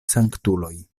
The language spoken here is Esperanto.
sanktuloj